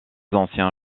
anciens